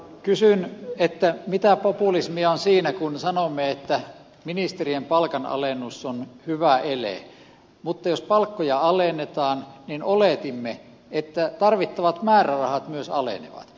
kysyn mitä populismia on siinä kun sanomme että ministerien palkanalennus on hyvä ele mutta jos palkkoja alennetaan niin oletimme että tarvittavat määrärahat myös alenevat